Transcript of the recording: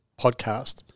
podcast